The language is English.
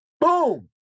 Boom